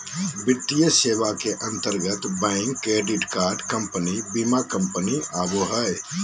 वित्तीय सेवा के अंतर्गत बैंक, क्रेडिट कार्ड कम्पनी, बीमा कम्पनी आवो हय